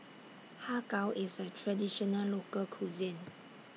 Har Kow IS A Traditional Local Cuisine